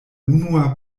unua